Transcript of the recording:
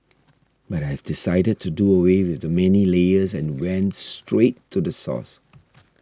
but I've decided to do away with the many layers and went straight to the source